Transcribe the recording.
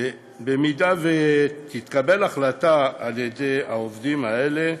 ואם תתקבל החלטה על-ידי העובדים האלה,